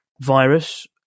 virus